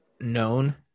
known